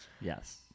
Yes